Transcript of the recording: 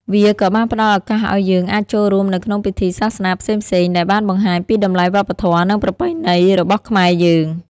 វាក៏បានផ្តល់ឱកាសឱ្យយើងអាចចូលរួមនៅក្នុងពិធីសាសនាផ្សេងៗ ដែលបានបង្ហាញពីតម្លៃវប្បធម៌និងប្រពៃណីរបស់ខ្មែរយើង។